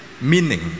meaning